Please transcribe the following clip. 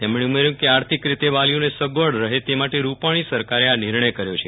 તેમણે ઉમેર્યું કે આર્થિક રીતે વાલીઓને સગવડ રહે તે માટે રૂપાણી સરકારે આ નિર્ણય કર્યો છે